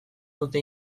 dute